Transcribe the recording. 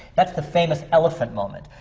that's the famous elephant moment.